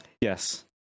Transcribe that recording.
Yes